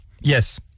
Yes